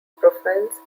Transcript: profiles